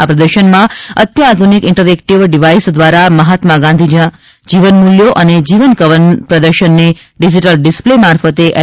આ પ્રદર્શનમાં અત્યાધુનિક ઈન્ટરેક્ટીવ ડિવાઇસ દ્વારા મહાત્મા ગાંધીના જીવન મુલ્યો અને જીવન કવન પ્રદર્શનને ડિજિટલ ડિસપ્લે મારફતે એલ